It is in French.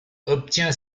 obtient